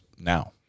now